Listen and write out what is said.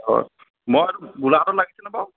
অঁহ্ মই গোলাঘাটত হাতত লাগিছিনে বাৰু